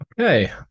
Okay